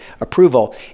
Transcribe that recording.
approval